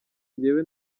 njyewe